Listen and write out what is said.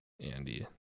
andy